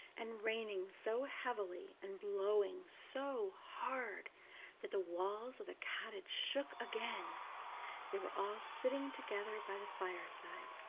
and raining so heavily and blowing so hard that the walls of the cottage shook again they were all sitting together by the fireside,